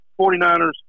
49ers